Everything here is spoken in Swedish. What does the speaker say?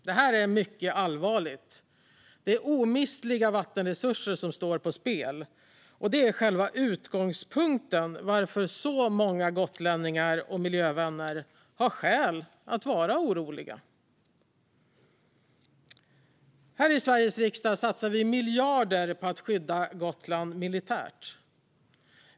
Detta är mycket allvarligt. Det är omistliga vattenresurser som står på spel. Det är själva utgångspunkten för att många gotlänningar och miljövänner har skäl att vara oroliga. Här i Sveriges riksdag satsar vi miljarder på att skydda Gotland militärt.